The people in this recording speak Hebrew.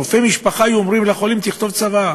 רופאי משפחה היו אומרים לחולים: תכתוב צוואה,